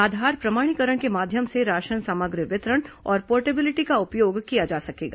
आधार प्रमाणीकरण के माध्यम से राशन सामग्री वितरण और पोर्टेबिलिटी का उपयोग किया जा सकेगा